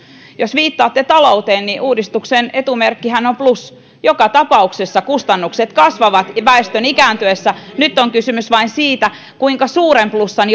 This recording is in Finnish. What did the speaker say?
jos viittaatte talouteen niin uudistuksen etumerkkihän on plus joka tapauksessa kustannukset kasvavat väestön ikääntyessä nyt on kysymys vain siitä kuinka suuren plussan